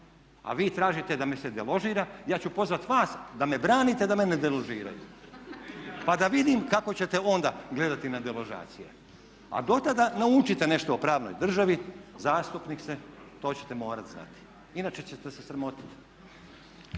a vi tražite da me se deložira ja ću pozvat vas da me branite da me ne deložiraju pa da vidim kako ćete onda gledati na deložacije. A dotada naučite nešto o pravnoj državi, zastupnik ste, to ćete morati znati inače ćete se sramotit.